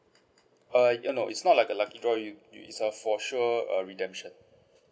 uh ah no it's not like a lucky draw you you it's uh for sure a redemption